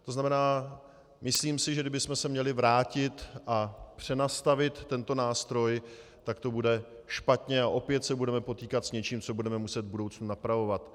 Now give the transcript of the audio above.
To znamená, myslím si, že kdybychom se měli vrátit a přenastavit tento nástroj, tak to bude špatně a opět se budeme potýkat s něčím, co budeme muset v budoucnu napravovat.